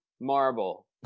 marble